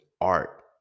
art